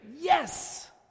yes